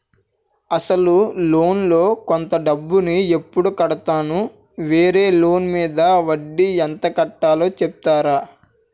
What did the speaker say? అసలు లోన్ లో కొంత డబ్బు ను ఎప్పుడు కడతాను? వేరే లోన్ మీద వడ్డీ ఎంత కట్తలో చెప్తారా?